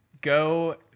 go